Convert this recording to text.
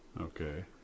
Okay